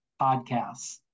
Podcasts